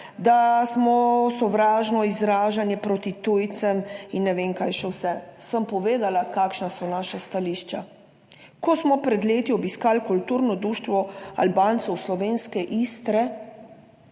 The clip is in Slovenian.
da se sovražno izražamo proti tujcem in ne vem kaj še vse. Povedala sem, kakšna so naša stališča. Ko smo pred leti obiskali Kulturno društvo Albancev slovenske Istre,